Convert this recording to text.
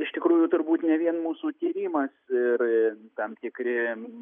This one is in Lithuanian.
iš tikrųjų turbūt ne vien mūsų tyrimas ir tam tikri